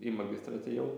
į magistrą atėjau